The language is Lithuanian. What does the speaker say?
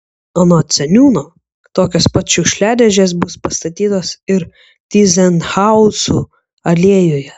anot seniūno tokios pat šiukšliadėžės bus pastatytos ir tyzenhauzų alėjoje